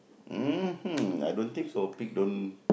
mhm I don't think so pig don't